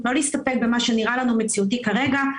לא להסתפק במה שנראה לנו מציאותי כרגע.